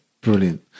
brilliant